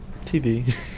TV